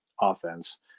offense